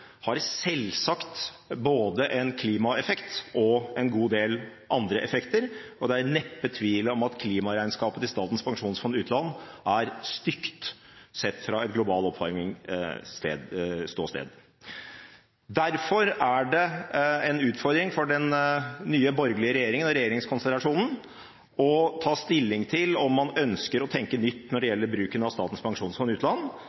har selvsagt både en klimaeffekt og en god del andre effekter. Det er neppe tvil om at klimaregnskapet til Statens pensjonsfond utland er stygt sett fra et global oppvarming-ståsted. Derfor er det en utfordring for den nye borgerlige regjeringskonstellasjonen å ta stilling til om man ønsker å tenke nytt når det gjelder bruken av Statens pensjonsfond utland,